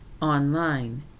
online